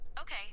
Okay